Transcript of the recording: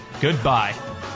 Goodbye